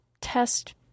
test